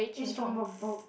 is from a book